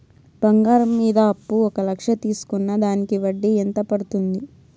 బంగారం మీద అప్పు ఒక లక్ష తీసుకున్న దానికి వడ్డీ ఎంత పడ్తుంది?